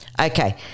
Okay